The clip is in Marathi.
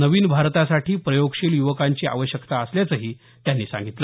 नवीन भारतासाठी प्रयोगशील युवकांची आवश्यकता असल्याचंही त्यांनी सांगितलं